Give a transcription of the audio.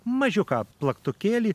mažiuką plaktukėlį